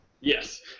Yes